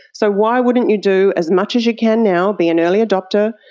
so why wouldn't you do as much as you can now, be an early adopter,